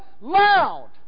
loud